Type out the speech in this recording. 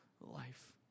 life